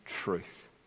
truth